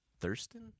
Thurston